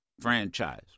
franchise